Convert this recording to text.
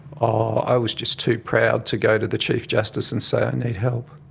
ah i was just too proud to go to the chief justice and say i need help.